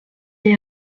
est